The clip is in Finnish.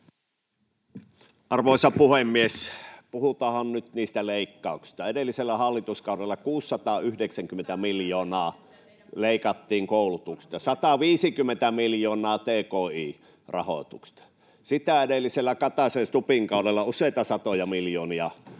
Arvoisa puhemies! Puhutaanpa nyt niistä leikkauksista. Edellisellä hallituskaudella 690 miljoonaa [Sofia Vikmanin välihuuto] leikattiin koulutuksesta, 150 miljoonaa tki-rahoituksesta. Sitä edellisellä, Kataisen ja Stubbin kaudella useita satoja miljoonia leikattiin